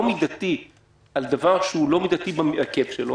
מידתי על דבר שהוא לא מידתי בהיקף שלו.